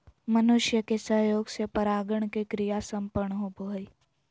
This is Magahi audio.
मनुष्य के सहयोग से परागण के क्रिया संपन्न होबो हइ